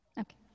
Okay